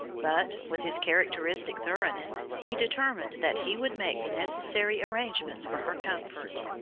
but, with his characteristic thoroughness, he determined that he would make the necessary arrangements for her comfort.